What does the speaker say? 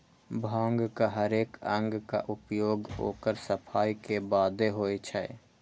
भांगक हरेक अंगक उपयोग ओकर सफाइ के बादे होइ छै